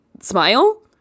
Smile